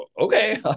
okay